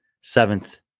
seventh